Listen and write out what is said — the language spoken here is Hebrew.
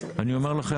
אני אומר לכם,